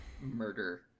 murder